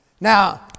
Now